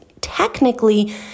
technically